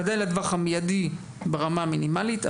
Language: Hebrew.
בוודאי לטווח המיידי ברמה המינימלית.